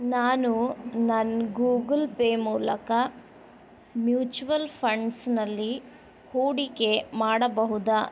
ನಾನು ನನ್ನ Google Pay ಮೂಲಕ ಮ್ಯೂಚ್ವಲ್ ಫಂಡ್ಸ್ನಲ್ಲಿ ಹೂಡಿಕೆ ಮಾಡಬಹುದಾ